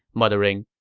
muttering,